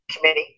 Committee